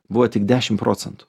buvo tik dešim procentų